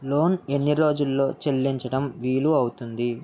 Loan ఎన్ని రోజుల్లో చెల్లించడం వీలు అవుతుంది?